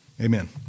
Amen